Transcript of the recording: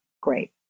great